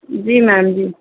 جی میم جی